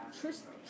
Tristan